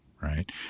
Right